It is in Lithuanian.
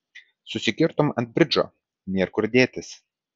susikirtom ant bridžo nėr kur dėtis